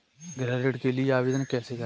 गृह ऋण के लिए आवेदन कैसे करें?